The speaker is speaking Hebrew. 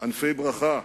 ענפי ברכה,